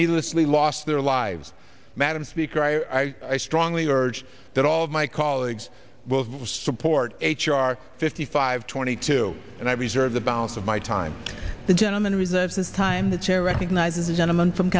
needlessly lost their lives madam speaker i strongly urge that all of my colleagues will support h r fifty five twenty two and i reserve the balance of my time the gentleman resent this time the chair recognizes the gentleman from